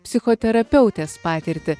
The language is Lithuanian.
psichoterapeutės patirtį